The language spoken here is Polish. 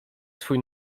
swój